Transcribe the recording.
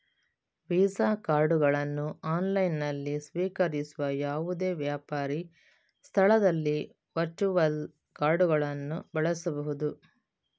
visa ಕಾರ್ಡುಗಳನ್ನು ಆನ್ಲೈನಿನಲ್ಲಿ ಸ್ವೀಕರಿಸುವ ಯಾವುದೇ ವ್ಯಾಪಾರಿ ಸ್ಥಳದಲ್ಲಿ ವರ್ಚುವಲ್ ಕಾರ್ಡುಗಳನ್ನು ಬಳಸಬಹುದು